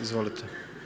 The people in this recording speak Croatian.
Izvolite.